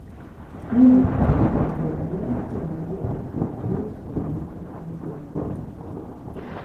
chiva tai dar vienas senųjų architektūros paminklų kompleksas